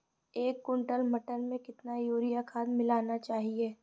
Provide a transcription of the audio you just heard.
एक कुंटल मटर में कितना यूरिया खाद मिलाना चाहिए?